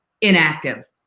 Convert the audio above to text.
inactive